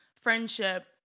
friendship